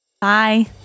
Bye